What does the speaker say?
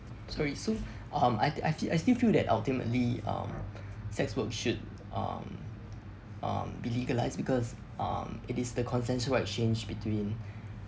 sorry so um I I I still feel that ultimately um sex work should um um be legalized because um it is the contents were exchanged between